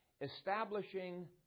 establishing